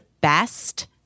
BEST